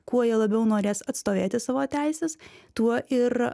kuo jie labiau norės atstovėti savo teises tuo ir